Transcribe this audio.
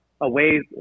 away